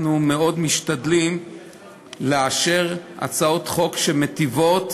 אנחנו מאוד משתדלים לאשר הצעות חוק שמיטיבות